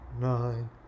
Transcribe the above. nine